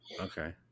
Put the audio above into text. Okay